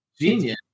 Genius